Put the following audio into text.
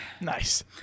Nice